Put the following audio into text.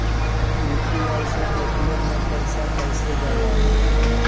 UPI से Paytm मे पैसा कइसे जाला?